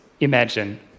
Imagine